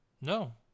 No